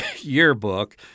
yearbook